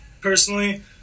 personally –